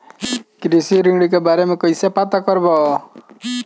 कृषि ऋण के बारे मे कइसे पता करब?